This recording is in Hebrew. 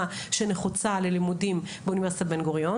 שנחוצה ללימודים באוניברסיטת בן גוריון.